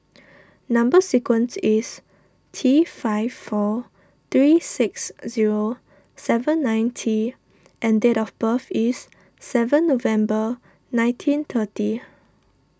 Number Sequence is T five four three six zero seven nine T and date of birth is seven November nineteen thirty